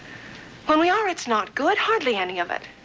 when we are, it's not good. hardly any of it.